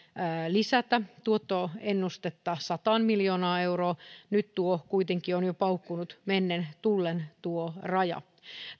lisätä tuottoennustetta sataan miljoonaan euroon nyt tuo raja kuitenkin on jo paukkunut mennen tullen